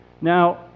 Now